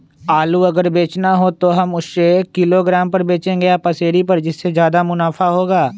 आलू अगर बेचना हो तो हम उससे किलोग्राम पर बचेंगे या पसेरी पर जिससे ज्यादा मुनाफा होगा?